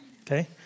okay